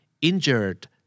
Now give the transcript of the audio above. injured